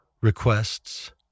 requests